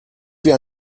wir